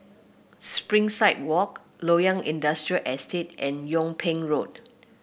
Springside Walk Loyang Industrial Estate and Yung Ping Road